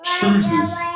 chooses